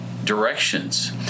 directions